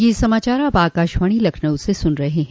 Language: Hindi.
ब्रे क यह समाचार आप आकाशवाणी लखनऊ से सुन रहे हैं